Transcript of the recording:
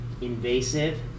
invasive